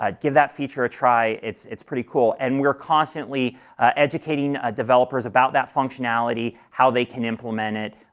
ah give that feature a try. it's it's pretty cool. and we are constantly educating ah developers about that functionality, how they can implement it.